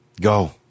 Go